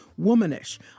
Womanish